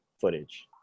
footage